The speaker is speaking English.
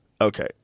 Okay